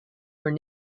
were